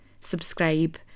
subscribe